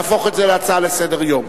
להצעה לסדר-היום.